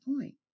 point